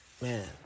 man